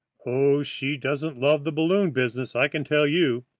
oh, she doesn't love the balloon business, i can tell you.